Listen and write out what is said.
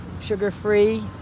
sugar-free